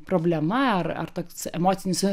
problema ar ar toks emocinis